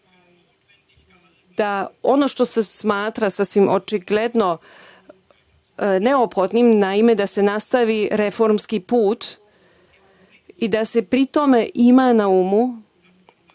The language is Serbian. da ono što se smatra sasvim očigledno neophodnim, naime, da se nastavi reformski put i da se pri tome ima na umu